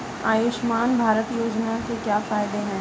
आयुष्मान भारत योजना के क्या फायदे हैं?